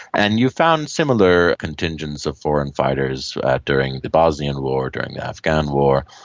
and you found similar contingents of foreign fighters during the bosnian war, during the afghan war,